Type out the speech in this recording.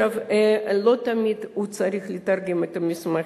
לא תמיד הוא צריך לתרגם את המסמכים.